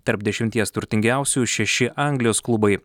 tarp dešimties turtingiausių šeši anglijos klubai